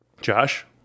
Josh